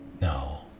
No